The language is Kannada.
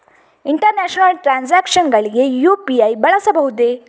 ಇಂಟರ್ನ್ಯಾಷನಲ್ ಟ್ರಾನ್ಸಾಕ್ಷನ್ಸ್ ಗಳಿಗೆ ಯು.ಪಿ.ಐ ಬಳಸಬಹುದೇ?